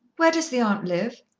where does the aunt live?